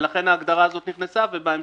ולכן, ההגדרה הזאת נכנסה, ובהמשך,